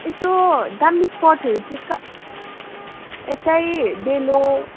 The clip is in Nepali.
यसो दामी स्पटहरू चाहिँ कहाँ यतै डेलो